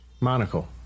Monocle